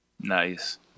Nice